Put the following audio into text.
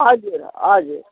हजुर हजुर